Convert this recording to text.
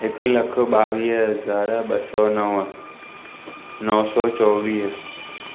हिकु लखु ॿावीह हज़ार ॿ सौ नव नौ सौ चोवीह